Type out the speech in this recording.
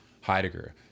Heidegger